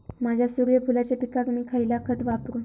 माझ्या सूर्यफुलाच्या पिकाक मी खयला खत वापरू?